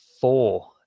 four